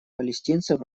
палестинцев